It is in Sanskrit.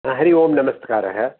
हा हरि ओं नमस्कारः